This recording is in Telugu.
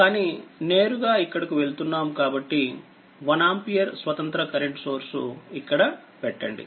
కానీనేరుగా ఇక్కడకు వెళ్తున్నాముకాబట్టి1 ఆంపియర్స్వతంత్ర కరెంట్ సోర్స్ ఇక్కడ పెట్టండి